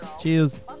Cheers